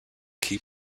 key